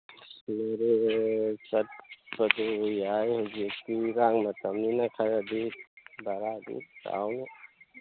ꯃꯣꯔꯦ ꯆꯠꯄꯗꯨ ꯌꯥꯏ ꯍꯧꯖꯤꯛꯇꯤ ꯏꯔꯥꯡ ꯃꯇꯝꯅꯤꯅ ꯈꯔꯗꯤ ꯚꯔꯥꯗꯤ ꯆꯥꯎꯅꯤ